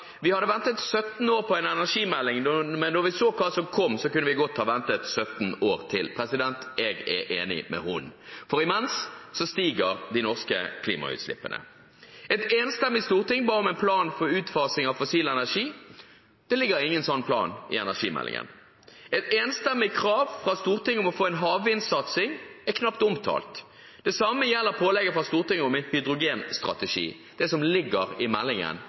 ventet 17 år på en energimelding, kunne vi godt ha ventet 17 år til når man så hva som kom. Jeg er enig med henne, for imens stiger de norske klimautslippene. Et enstemmig storting ba om en plan for utfasing av fossil energi. Det ligger ingen slik plan i energimeldingen. Et enstemmig krav fra Stortinget om å få en havvindsatsing er knapt omtalt. Det samme gjelder pålegget fra Stortinget om en hydrogenstrategi. Det som ligger i meldingen,